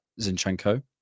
Zinchenko